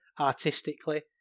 artistically